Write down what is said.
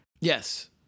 yes